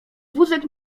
wózek